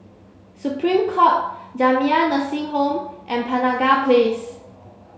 Supreme Court Jamiyah Nursing Home and Penaga Place